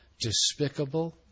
despicable